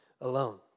alone